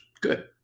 good